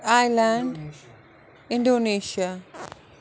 island Indonesia